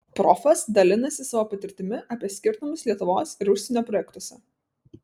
profas dalinasi savo patirtimi apie skirtumus lietuvos ir užsienio projektuose